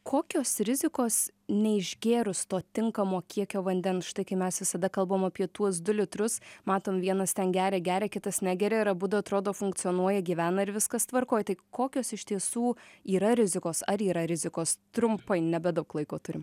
kokios rizikos neišgėrus to tinkamo kiekio vandens štai kai mes visada kalbam apie tuos du litrus matome vienas ten geria geria kitas negeria ir abudu atrodo funkcionuoja gyvena ir viskas tvarkoj tai kokios iš tiesų yra rizikos ar yra rizikos trumpai nebedaug laiko turim